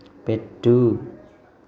పెట్టు